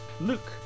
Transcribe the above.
Luke